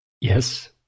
Yes